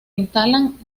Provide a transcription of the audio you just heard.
instalan